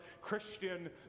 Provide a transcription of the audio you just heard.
Christian